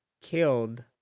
killed